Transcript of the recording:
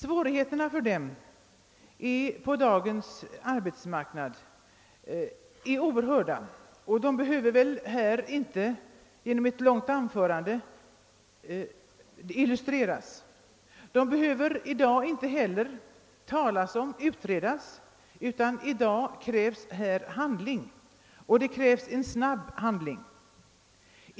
Svårigheterna för dem på dagens arbetsmarknad är oerhörda och behöver väl inte illustreras genom ett långt anförande. De behöver inte heller utredas mera, utan i dag krävs här handling — och snabb handling.